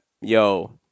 yo